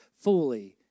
fully